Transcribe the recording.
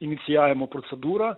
inicijavimo procedūrą